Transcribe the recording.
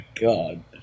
God